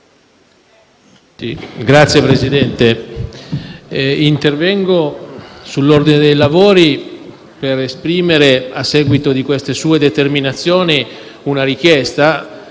Signor Presidente, intervengo sull'ordine dei lavori per esprimere - a seguito di queste sue determinazioni - una richiesta,